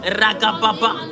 ragababa